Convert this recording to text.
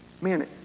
man